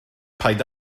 paid